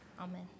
Amen